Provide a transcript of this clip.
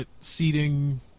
seating